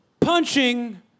punching